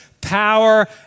power